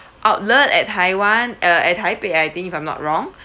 outlet at taiwan uh at taipei I think if I'm not wrong